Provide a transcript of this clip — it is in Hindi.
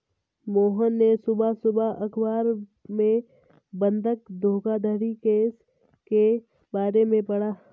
मोहन ने सुबह सुबह अखबार में बंधक धोखाधड़ी केस के बारे में पढ़ा